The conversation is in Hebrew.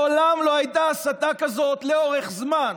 מעולם לא הייתה הסתה כזאת לאורך זמן,